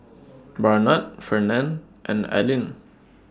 Barnard Fernand and Alline